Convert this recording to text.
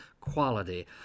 quality